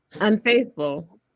unfaithful